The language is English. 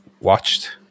watched